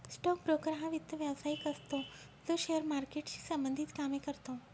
stock broker हा वित्त व्यवसायिक असतो जो शेअर मार्केटशी संबंधित कामे करतो